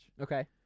Okay